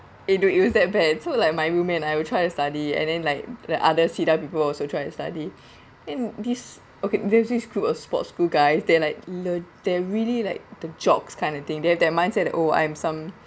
they do it was that bad so like my roommate and I will try to study and then like the other cedar people also try to study and this okay there is a group of sports school guys they are like lo~ they're really like the jocks kind of thing they have that mindset oh I'm some